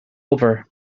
obair